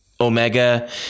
omega